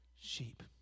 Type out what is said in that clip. sheep